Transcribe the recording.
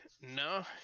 No